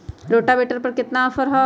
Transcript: Rotavator पर केतना offer हव?